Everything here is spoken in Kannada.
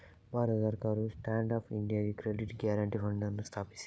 ಭಾರತ ಸರ್ಕಾರವು ಸ್ಟ್ಯಾಂಡ್ ಅಪ್ ಇಂಡಿಯಾಗೆ ಕ್ರೆಡಿಟ್ ಗ್ಯಾರಂಟಿ ಫಂಡ್ ಅನ್ನು ಸ್ಥಾಪಿಸಿದೆ